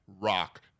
rock